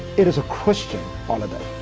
it is a christian holiday.